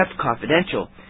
confidential